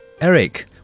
Eric